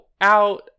out